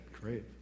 great